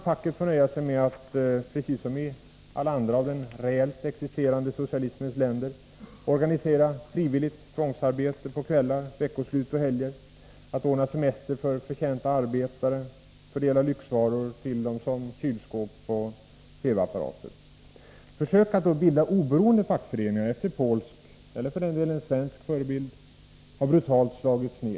Facket får nöja sig med att, precis som i andra av den ”reellt existerande socialismens länder” organisera frivilligt tvångsarbete på kvällar, veckoslut och helger, ordna semester för förtjänta arbetare samt fördela lyxvaror såsom kylskåp och TV-apparater till dem. Försök att bilda oberoende fackföreningar efter polsk — eller för den delen svensk — förebild har brutalt slagits ned.